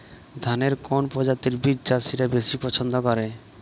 ধানের কোন প্রজাতির বীজ চাষীরা বেশি পচ্ছন্দ করে?